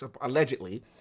allegedly